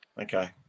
Okay